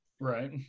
Right